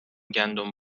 گندم